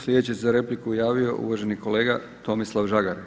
Sljedeći se za repliku javio uvaženi kolega Tomislav Žagar.